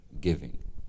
Giving